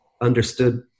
understood